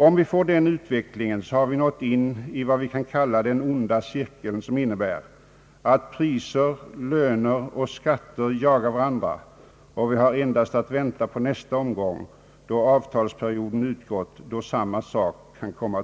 Om vi får den utvecklingen har vi nått in i den onda cirkel som innebär att priser, löner och skatter jagar varandra, och vi har endast att vänta på nästa omgång då samma sak upprepas när avtalsperioden